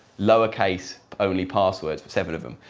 lowercase only passwords. but seven of them.